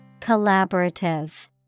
Collaborative